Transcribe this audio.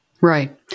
Right